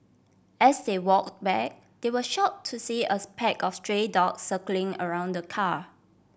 as they walk back they were shock to see a pack of stray dogs circling around the car